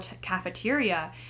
cafeteria